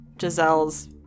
Giselle's